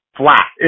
flat